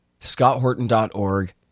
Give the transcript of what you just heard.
ScottHorton.org